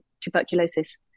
tuberculosis